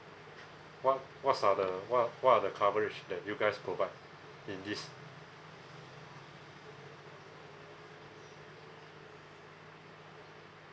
what what are the what what are the coverage that you guys provide in this